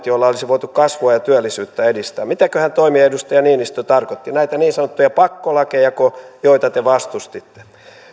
joilla olisi voitu kasvua ja työllisyyttä edistää mitäköhän toimia edustaja niinistö tarkoitti näitä niin sanottuja pakkolakejako joita te vastustitte